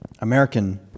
American